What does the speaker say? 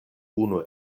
unu